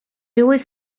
always